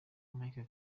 mike